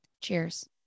Cheers